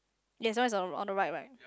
yes what is on on the right right